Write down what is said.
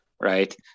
right